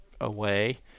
away